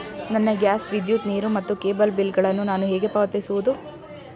ನನ್ನ ಗ್ಯಾಸ್, ವಿದ್ಯುತ್, ನೀರು ಮತ್ತು ಕೇಬಲ್ ಬಿಲ್ ಗಳನ್ನು ನಾನು ಹೇಗೆ ಪಾವತಿಸುವುದು?